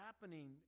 happening